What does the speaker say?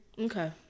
Okay